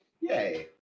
yay